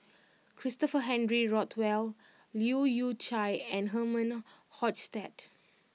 Christopher Henry Rothwell Leu Yew Chye and Herman Hochstadt